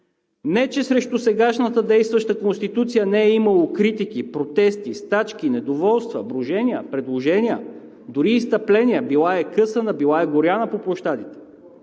Не че срещу сегашната действаща Конституция не е имало критики, протести, стачки, недоволства, брожения, предложения, дори изстъпления, била е късана, била е горяна по площадите,